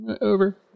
over